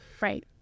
Right